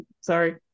sorry